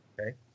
Okay